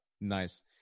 nice